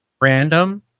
random